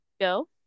go